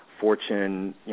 Fortune